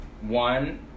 one